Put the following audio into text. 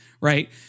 Right